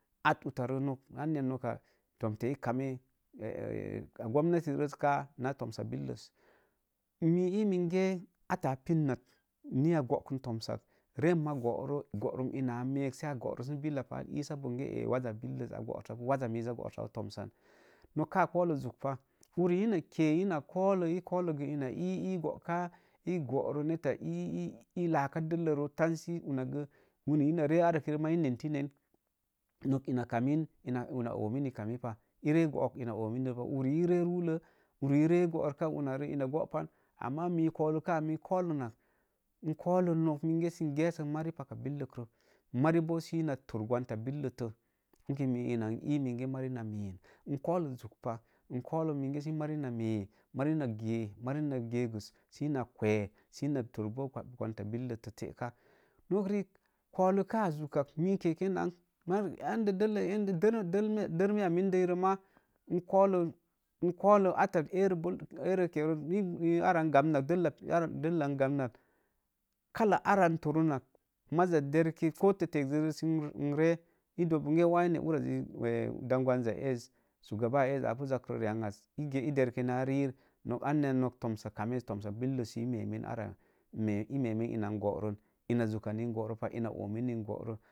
At otta roo nok am nok tomti a kamen, a gwamnati ves kaa naa tomsa billas, me n ii menge atta a pinnam ni a gookun tomsak, rem a goro, goreem ina meek sə a goron sə a goro sə billa pal ee sa bonge ee waza billos, waza miz a goro sapu tomsan, nok kaa kollo zuk pah, uri ina kee ina kollo, eé kolloe gə ina iree ee ii bookan, ǐ goro gə netta ii, e ii laka delloroo una go, uri ina ree arki maa ii nentinen, nok ina kamen ina omen ni kami pami, ee gook ina omande pah, ori ee ree rullə, uri ree gorika una ree ina goopan, ama me kolukaa me kolun at, n kolu nok minge sə n gessə mari paka billak, mari boo sə na tor gwan ta billək tə, uni me ina n ii mari na men, n kotu zuk pah, n kolu, menge sə mari na mee, mari ge, mari naa ge gus, sə na kwee sə na tor boo kwanta billək tə ka, nok riik kolukaa zuka, mee kekeen ar endə dellə, dərmiya mindei rə ma, n kolu, n kolu dellan gamnar, kalla ara torun nak manza derke ko tetteere ree ii dook bongi waine ura zi dan wanza ees, sogaɓa a ee zaa pu zak tro ri an az, ee derke naa rii nok anya noktomsa kammes tomsa billəsji ii memen ar, ii memen ina n goron, ina zokkan n goro pah ina omen ni n goro.